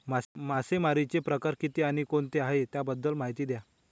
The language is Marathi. मासेमारी चे प्रकार किती आणि कोणते आहे त्याबद्दल महिती द्या?